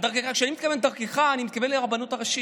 כשאני אומר דרכך אני מתכוון דרך הרבנות הראשית.